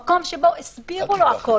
במקום שבו הסבירו לו הכול,